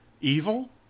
Evil